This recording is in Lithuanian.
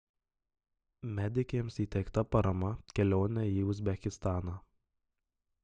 medikėms įteikta parama kelionei į uzbekistaną